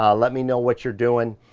um let me know what you're doin.